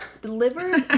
delivers